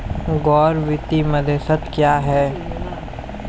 गैर वित्तीय मध्यस्थ क्या हैं?